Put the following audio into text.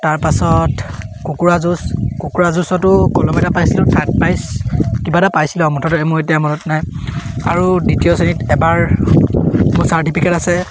তাৰপাছত কুকুৰা যুঁজ কুকুৰা যুঁজতো কলম এটা পাইছিলোঁ থাৰ্ড প্ৰাইজ কিবা এটা পাইছিলোঁ আৰু মুঠতে মোৰ এতিয়া মনত নাই আৰু দ্বিতীয় শ্ৰেণীত এবাৰ মোৰ চাৰ্টিফিকেট আছে